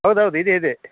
ಹೌದು ಹೌದು ಇದೆ ಇದೆ